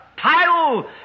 Title